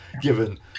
given